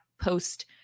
post